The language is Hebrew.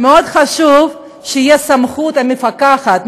מאוד חשוב שתהיה סמכות מפקחת,